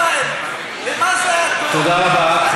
תודה רבה.